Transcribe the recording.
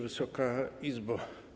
Wysoka Izbo!